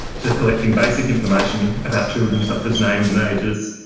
to collecting basic information about children such as names and aged,